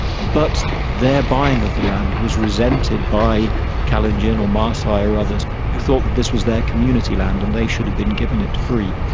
but their buying of the land was resented by kalenjin or maasai or others who thought that this was their community land and they should have been giving it free.